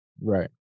Right